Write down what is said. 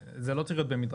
זה לא צריך להיות במדרג.